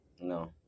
No